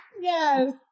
Yes